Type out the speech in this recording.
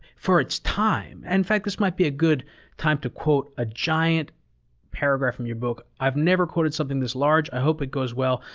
for its time. in and fact, this might be a good time to quote a giant paragraph from your book. i've never quoted something this large. i hope it goes well.